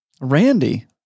Randy